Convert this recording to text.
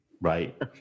right